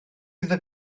iddo